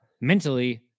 mentally